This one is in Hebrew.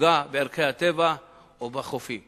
תפגע בערכי הטבע או בחופים.